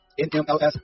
NMLS